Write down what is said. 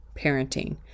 parenting